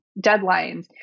deadlines